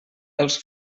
els